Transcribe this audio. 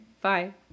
bye